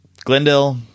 Glendale